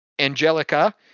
Angelica